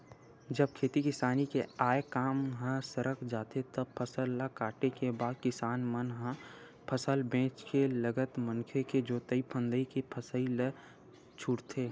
जब खेती किसानी के आय काम ह सरक जाथे तब फसल ल काटे के बाद किसान मन ह फसल बेंच के लगत मनके के जोंतई फंदई के पइसा ल छूटथे